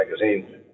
Magazine